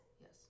yes